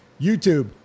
YouTube